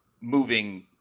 moving